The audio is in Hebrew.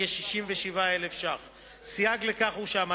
כ-67,000 שקלים.